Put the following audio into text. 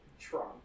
Trump